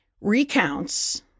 recounts